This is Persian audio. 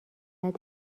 خرد